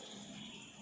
so